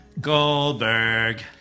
Goldberg